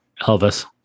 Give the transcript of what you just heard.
Elvis